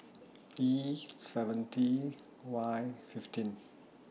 E seventy Y fifteen